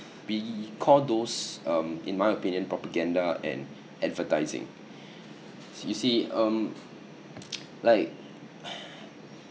we call those um in my opinion propaganda and advertising you see um like